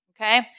okay